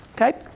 okay